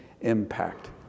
impact